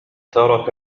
ترك